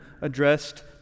addressed